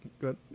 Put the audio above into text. good